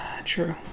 True